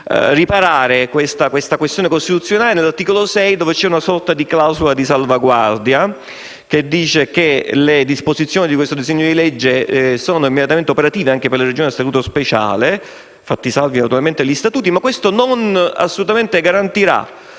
alla questione costituzionale nell'articolo 6, dove c'è una sorta di clausola di salvaguardia che dice che le disposizioni di questo disegno di legge sono immediatamente operative anche per le Regioni a Statuto speciale, fatti salvi naturalmente di statuti regionali. Ma questo non garantirà